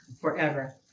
forever